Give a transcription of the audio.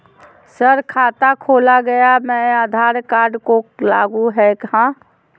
Sir खाता खोला गया मैं आधार कार्ड को लागू है हां?